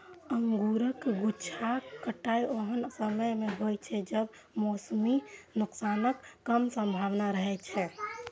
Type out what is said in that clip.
अंगूरक गुच्छाक कटाइ ओहन समय मे होइ छै, जब मौसमी नुकसानक कम संभावना रहै छै